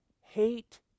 hate